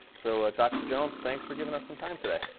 so, ah dr jones, thanks for giving us some time today.